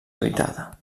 habitada